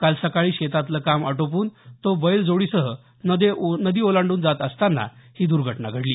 काल सकाळी शेतातलं काम आटोपून तो बैलजोडीसह नदी ओलांडून जात असताना ही दुर्घटना घडली